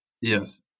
Yes